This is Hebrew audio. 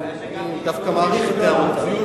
אני דווקא מעריך את הערותיו.